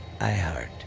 iHeart